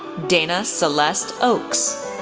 dana celeste ochs,